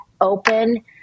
open